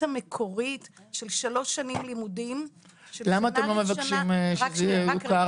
המקורית של שלוש שנים לימודים -- למה אתם לא מבקשים שזה יוכר?